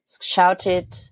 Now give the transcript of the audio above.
shouted